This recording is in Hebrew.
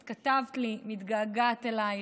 את כתבת לי: מתגעגעת אלייך,